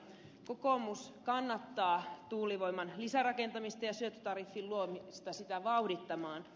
kokoomus kannattaa tuulivoiman lisärakentamista ja syöttötariffin luomista sitä vauhdittamaan